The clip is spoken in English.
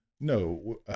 No